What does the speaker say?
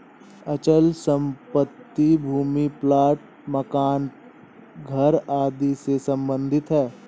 अचल संपत्ति भूमि प्लाट मकान घर आदि से सम्बंधित है